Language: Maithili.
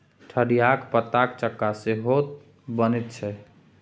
ठढियाक पातक चक्का सेहो बनैत छै